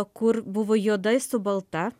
kur buvo juodai su balta